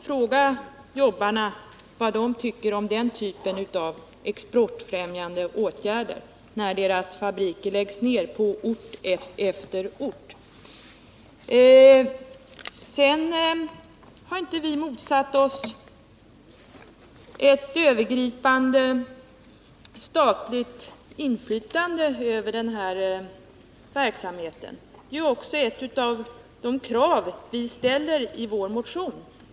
Fråga jobbarna vad de tycker om den typen av exportfrämjande åtgärder när deras fabriker läggs ned på ort efter ort! Vi har inte motsatt oss ett övergripande statligt inflytande över den här verksamheten. Det är också ett av de krav vi ställer i vår motion.